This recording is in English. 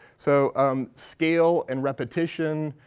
so um scale and repetition